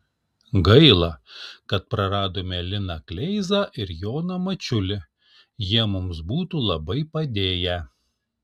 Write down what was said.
gaila kad praradome liną kleizą ir joną mačiulį jie mums būtų labai padėję